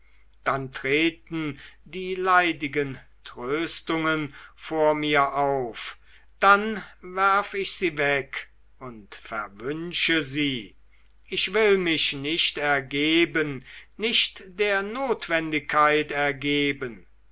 dann treten die leidigen tröstungen vor mir auf dann werf ich sie weg und verwünsche sie ich will mich nicht ergeben nicht der notwendigkeit ergeben